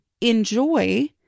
enjoy